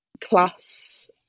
class